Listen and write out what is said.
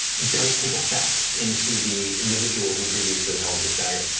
does take effect into the individual who previously held this dagger.